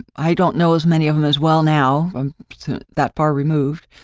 i don't know as many of them as well now, i'm that far removed.